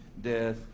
death